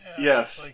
Yes